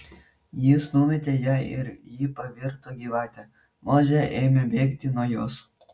jis numetė ją ir ji pavirto gyvate mozė ėmė bėgti nuo jos